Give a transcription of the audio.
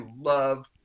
love